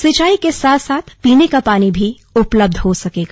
सिंचाई के साथ साथ पीने का पानी भी उपलब्ध हो सकेगा